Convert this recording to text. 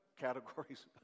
categories